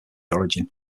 origin